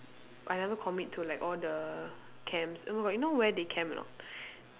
I never commit to like all the camp oh my god you know where they camp or not